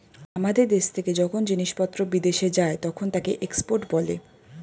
আমাদের দেশ থেকে যখন জিনিসপত্র বিদেশে যায় তখন তাকে এক্সপোর্ট বলে